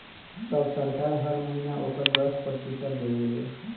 तब सरकार हर महीना ओकर दस प्रतिशत देवे ले